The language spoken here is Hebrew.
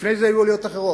לפני זה היו עליות אחרות,